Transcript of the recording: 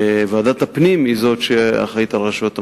ועדת הפנים היא שאחראית לרשויות המקומיות.